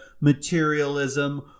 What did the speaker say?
materialism